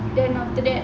then after that